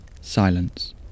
silence